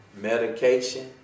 medication